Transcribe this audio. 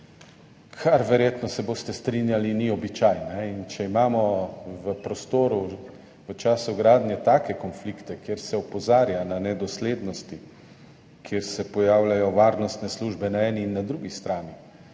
verjetno strinjali, da ni običaj. Če imamo v prostoru v času gradnje take konflikte, kjer se opozarja na nedoslednosti, kjer se pojavljajo varnostne službe na eni in na drugi strani,